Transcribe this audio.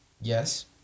Yes